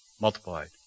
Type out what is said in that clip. multiplied